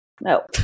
no